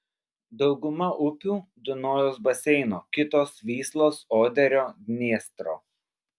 dauguma upių dunojaus baseino kitos vyslos oderio dniestro